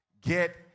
Get